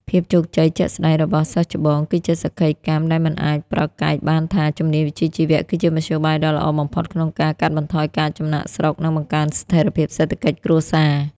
ភាពជោគជ័យជាក់ស្ដែងរបស់សិស្សច្បង គឺជាសក្ខីកម្មដែលមិនអាចប្រកែកបានថា «ជំនាញវិជ្ជាជីវៈ» គឺជាមធ្យោបាយដ៏ល្អបំផុតក្នុងការកាត់បន្ថយការចំណាកស្រុក និងបង្កើនស្ថិរភាពសេដ្ឋកិច្ចគ្រួសារ។